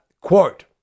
quote